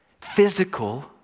Physical